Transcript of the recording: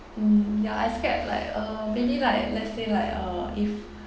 mm ya I scared like uh maybe like let's say like uh if